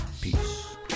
Peace